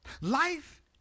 Life